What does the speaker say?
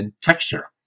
texture